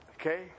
Okay